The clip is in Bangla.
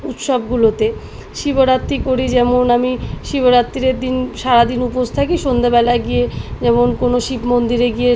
উৎসবগুলোতে শিবরাত্রি করি যেমন আমি শিবরাত্রির দিন সারা দিন উপোস থাকি সন্ধ্যেবেলায় গিয়ে যেমন কোনো শিব মন্দিরে গিয়ে